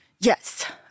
Yes